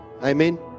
amen